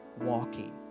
walking